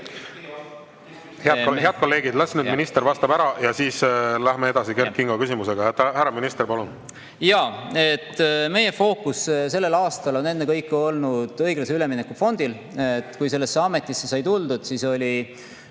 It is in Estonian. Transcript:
Head kolleegid, las nüüd minister vastab ära ja siis läheme edasi Kert Kingo küsimusega. Härra minister, palun!